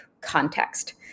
context